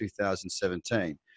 2017